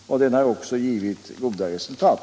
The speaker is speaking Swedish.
Den har också givit goda resultat.